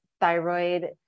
thyroid